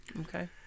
Okay